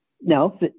no